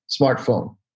smartphone